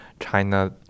China